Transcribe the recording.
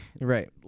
Right